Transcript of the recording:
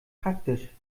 praktisch